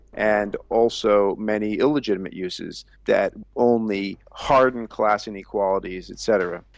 and also many illegitimate uses that only harden class inequalities et cetera.